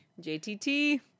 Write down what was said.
JTT